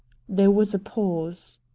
there was a pause.